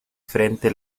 frente